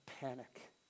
panic